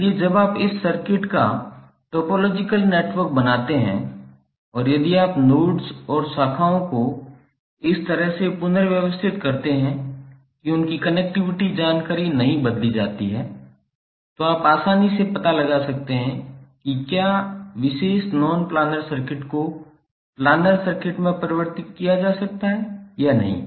इसलिए जब आप इस सर्किट का टोपोलॉजिकल नेटवर्क बनाते हैं और यदि आप नोड्स और शाखाओं को इस तरह से पुनर्व्यवस्थित करते हैं कि उनकी कनेक्टिविटी जानकारी नहीं बदली जाती है तो आप आसानी से पता लगा सकते हैं कि क्या विशेष नॉन प्लानर सर्किट को प्लानर सर्किट में परिवर्तित किया जा सकता है या नहीं